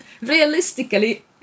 realistically